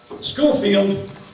Schofield